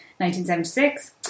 1976